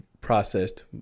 processed